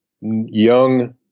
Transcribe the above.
young